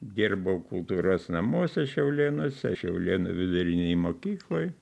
dirbau kultūros namuose šiaulėnuose šiaulėnų vidurinėj mokykloj